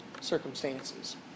circumstances